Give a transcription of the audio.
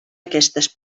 aquestes